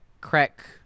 crack